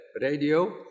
radio